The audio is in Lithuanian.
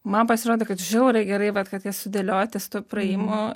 man pasirodė kad žiauriai gerai vat kad jie sudėlioti su tuo praėjimu